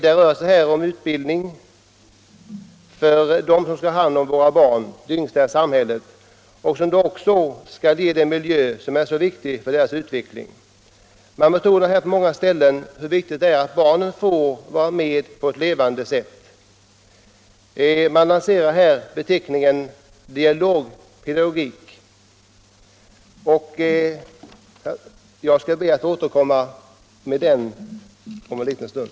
Det rör sig här om utbildning för dem som skall ha hand om våra barn, de yngsta i samhället, och som också skall stå för den miljö som är så viktig för barnens utveckling. Man betonar på många ställen hur viktigt det är att barnet får vara med på ett levande sätt. Man lanserar beteckningen ”dialogpedagogik”, något som jag skall be att få återkomma till om en liten stund.